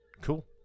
Cool